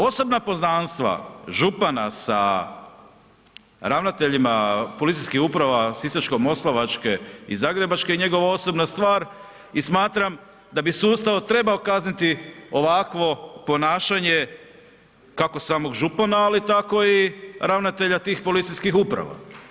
Osobna poznanstva župana sa ravnateljima Policijskih uprava Sisačko-moslavačke i Zagrebačke je njegova osobna stvar i smatram da bi sustav trebao kazniti ovakvo ponašanje kako samog župana, ali tako i ravnatelja tih policijskih uprava.